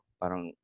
parang